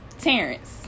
Terrence